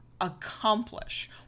accomplish